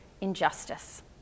injustice